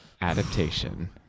adaptation